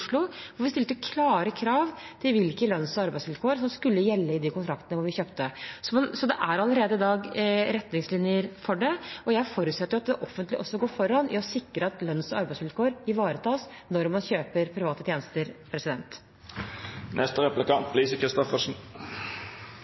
hvor vi stilte klare krav til hvilke lønns- og arbeidsvilkår som skulle gjelde i de kontraktene vi inngikk. Så det er allerede i dag retningslinjer for det, og jeg forutsetter at det offentlige går foran i å sikre at lønns- og arbeidsvilkår ivaretas når man kjøper private tjenester.